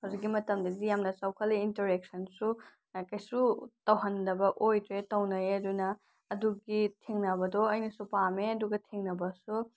ꯍꯧꯖꯤꯛꯀꯤ ꯃꯇꯝꯗꯗꯤ ꯌꯥꯝꯅ ꯆꯥꯎꯈꯠꯂꯦ ꯏꯟꯇꯔꯦꯛꯁꯟꯁꯨ ꯀꯩꯁꯨ ꯇꯧꯍꯟꯗꯕ ꯑꯣꯏꯗ꯭ꯔꯦ ꯇꯧꯅꯩꯌꯦ ꯑꯗꯨꯅ ꯑꯗꯨꯒꯤ ꯊꯦꯡꯅꯕꯗꯣ ꯑꯩꯅꯁꯨ ꯄꯥꯝꯃꯦ ꯑꯗꯨꯒ ꯊꯦꯡꯅꯕꯁꯨ